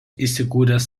įsikūręs